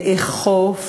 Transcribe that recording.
לאכוף